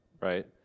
right